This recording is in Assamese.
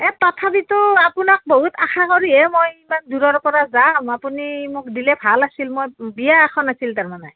এ তথাপিতো আপোনাক বহুত আশা কৰিহে মই ইমান দূৰৰ পৰা যাম আপুনি মোক দিলে ভাল আছিল মই বিয়া এখন আছিল তাৰমানে